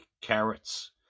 carrots